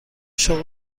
شغل